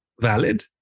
valid